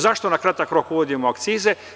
Zašto na kratak rok uvodimo akcize?